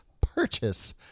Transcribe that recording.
purchase